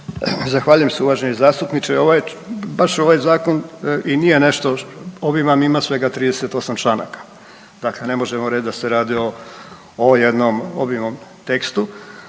Zahvaljujem se uvaženi zastupniče. Ovaj. Baš ovaj Zakon i nije nešto, obim vam ima svega 38 članaka, dakle ne možemo reći da se radi o jednom obimnom tekstu,